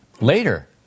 Later